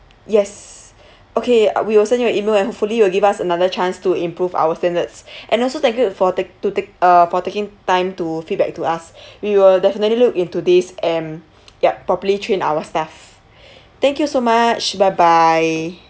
yes okay I we'll send you an email and hopefully you'll give us another chance to improve our standards and also thank you for take to take uh for taking time to feedback to us we will definitely look into this and ya properly train our staff thank you so much bye bye